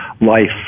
life